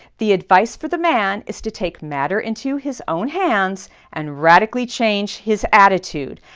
the advice for the man is to take matters into his own hands and radically change his attitude,